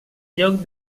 lloc